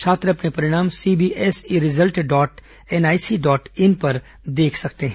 छात्र अपने परिणाम CBSE result dot NIC dot in पर देख सकते हैं